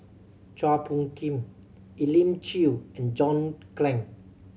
Chua Phung Kim Elim Chew and John Clang